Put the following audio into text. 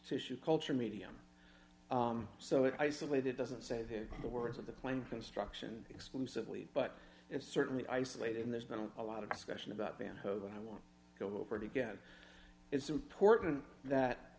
tissue culture medium so it isolated doesn't say the words of the plane construction exclusively but it's certainly isolated and there's been a lot of discussion about van hoven i want to go over it again it's important that